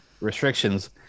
restrictions